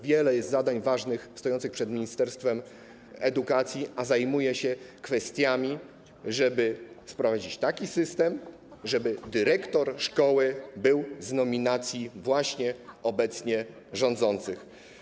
Wiele jest ważnych zadań stojących przed ministerstwem edukacji, a ono zajmuje się kwestią tego, żeby wprowadzić taki system, aby dyrektor szkoły był z nominacji właśnie obecnie rządzących.